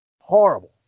horrible